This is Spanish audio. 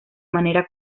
manera